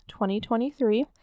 2023